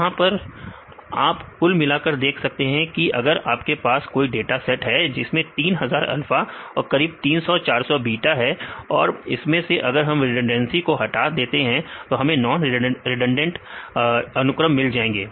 यहां पर आप कुल मिला कर देख सकते हैं अगर आपके पास कोई डाटा सेट है जिसमें 3000 अल्फा और करीब 300 400 बीटा है और इसमें से अगर हम रिडंडेंसी को हटा देते हैं तो हमें नॉन रिडंडेंट अनुक्रम मिल जाएंगे